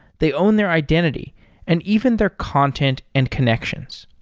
they own their identity and even their content and connections.